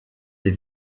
les